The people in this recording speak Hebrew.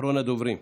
אחרון הדוברים.